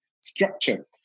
structure